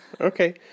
Okay